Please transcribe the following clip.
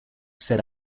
said